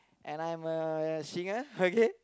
and I'm a singer okay